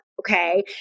okay